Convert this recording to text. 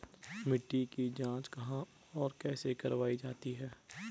मिट्टी की जाँच कहाँ और कैसे करवायी जाती है?